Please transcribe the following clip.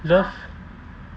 love